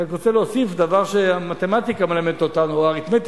אני רק רוצה להוסיף דבר שהמתמטיקה מלמדת אותנו או האריתמטיקה.